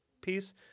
piece